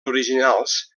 originals